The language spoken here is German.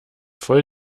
voll